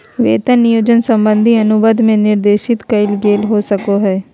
वेतन नियोजन संबंधी अनुबंध में निर्देशित कइल गेल हो सको हइ